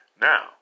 Now